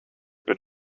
but